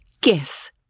Guess